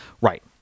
right